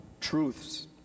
truths